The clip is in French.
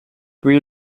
puis